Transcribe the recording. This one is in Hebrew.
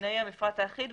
המפרט האחיד.